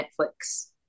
netflix